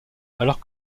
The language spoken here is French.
alors